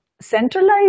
centralized